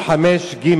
ממשלה.